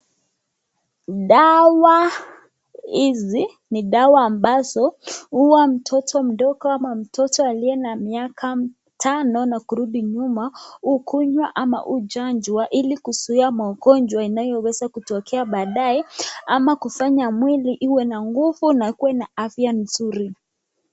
Dawa hizi ni dawa ambazo huwa mtoto mdogo ama mtoto aliye na miaka tano na kurudi nyuma hukunywa ama huchanjwa ili kuzuia magonjwa inayoweza kutokea baadaye ama kufanya mwili iwe na nguvu na ikue na afya nzuri.